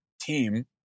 team